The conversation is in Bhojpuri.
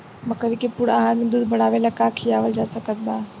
बकरी के पूर्ण आहार में दूध बढ़ावेला का खिआवल जा सकत बा?